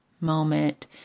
moment